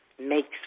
makes